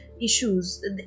issues